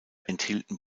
enthielten